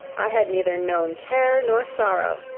i had neither known care nor sorrow,